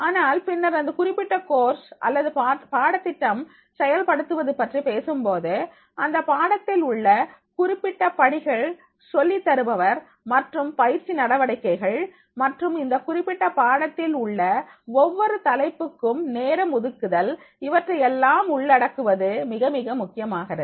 ஆனால் பின்னர் அந்த குறிப்பிட்ட கோர்ஸ் அல்லது பாடத் திட்டம் செயல்படுத்துவது பற்றி பேசும்போது அந்தப் பாடத்தில் உள்ள குறிப்பிட்ட படிகள் சொல்லித் தருபவர் மற்றும் பயிற்சி நடவடிக்கைகள் மற்றும் அந்த குறிப்பிட்ட பாடத்தில் உள்ள ஒவ்வொரு தலைப்புக்கும்நேரம் ஒதுக்குதல் இவற்றையெல்லாம் உள்ளடக்குவது மிக மிக முக்கியமாகிறது